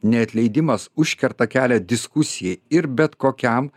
neatleidimas užkerta kelią diskusijai ir bet kokiam